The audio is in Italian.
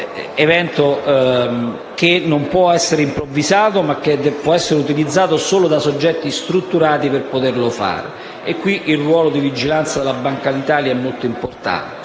evento che non può essere improvvisato e che può essere utilizzato solo da soggetti strutturati per poterlo fare. In questo ambito il ruolo di vigilanza della Banca d'Italia è molto importante.